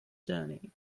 journey